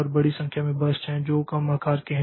और बड़ी संख्या में बर्स्ट हैं जो कम आकार के हैं